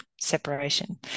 separation